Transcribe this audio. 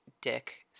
dick